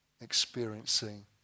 experiencing